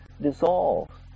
dissolves